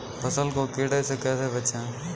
फसल को कीड़े से कैसे बचाएँ?